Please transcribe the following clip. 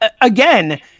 again